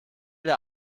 der